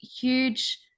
huge